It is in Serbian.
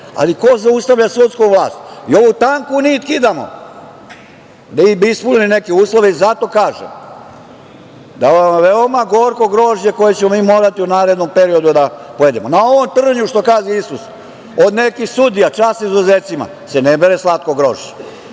ali ko zaustavlja sudsku vlast, i ovu tanku nit kidamo, da ispune neke uslove i zato kažem, da je veoma gorko grožđe koje ćemo mi morati u narednom periodu da pojedemo. Na ovom trnju, što gazi Isus, od nekih sudija, čast izuzecima, se ne bere slatko grožđe,